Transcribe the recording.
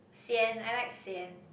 sian I like sian